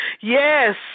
yes